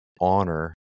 honor